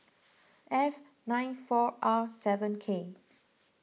F nine four R seven K